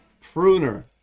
pruner